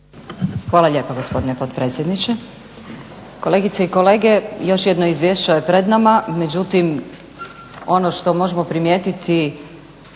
Hvala lijepo gospodine predsjedniče. Kolegice i kolege, još jedno izvješće je pred nama međutim ono što možemo primijetiti